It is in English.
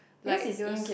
like there was